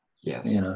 yes